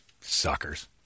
suckers